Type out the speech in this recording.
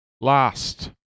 last